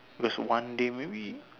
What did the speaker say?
just one day maybe